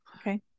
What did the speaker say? Okay